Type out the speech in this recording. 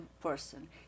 person